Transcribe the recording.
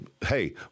hey